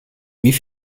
wie